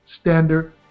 Standard